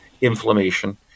inflammation